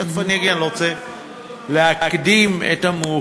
תכף אני אגיע, אני לא רוצה להקדים את המאוחר.